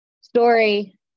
Story